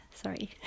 Sorry